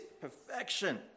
perfection